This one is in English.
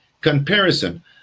comparison